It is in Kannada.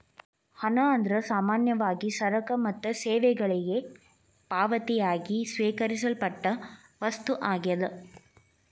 ಹಣ ಅಂದ್ರ ಸಾಮಾನ್ಯವಾಗಿ ಸರಕ ಮತ್ತ ಸೇವೆಗಳಿಗೆ ಪಾವತಿಯಾಗಿ ಸ್ವೇಕರಿಸಲ್ಪಟ್ಟ ವಸ್ತು ಆಗ್ಯಾದ